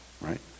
right